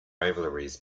rivalries